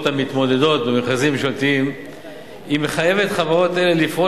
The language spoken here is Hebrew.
המתמודדות במכרזים ממשלתיים מחייבת חברות אלה לפעול